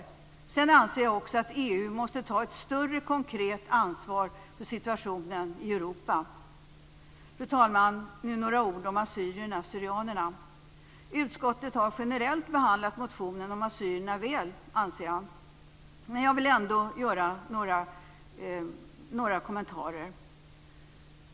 Dessutom anser jag att EU måste ta ett större konkret ansvar för situationen i Fru talman! Några ord om assyrierna/syrianerna. Utskottet har generellt behandlat motionen om assyrierna väl, anser jag. Men jag vill ändå göra några kommentarer.